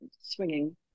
swinging